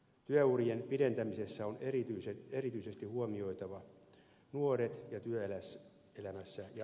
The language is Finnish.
työurien pidentämisessä on erityisesti huomioitava nuoret ja työelämässä jaksaminen